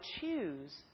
choose